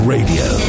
Radio